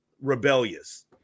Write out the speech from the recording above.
rebellious